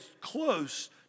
close